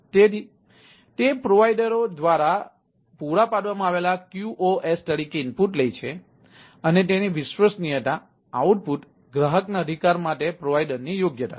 તેથી તે પ્રોવાઇડર દ્વારા પૂરા પાડવામાં આવેલા QoS તરીકે ઇનપુટ લે છે અને તેની વિશ્વસનીયતાઆઉટપુટ ગ્રાહકના અધિકાર માટે પ્રોવાઇડરની યોગ્યતા છે